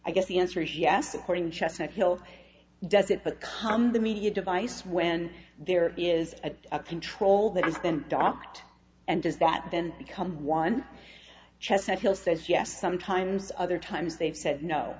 i guess the answer is yes according chestnut hill does it become the media device when there is a control that has been docked and does that then become one chestnut hill says yes sometimes other times they've said no